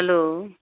hello